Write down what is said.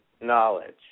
knowledge